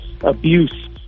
abuse